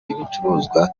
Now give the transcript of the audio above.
ibicuruzwa